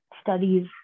studies